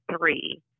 three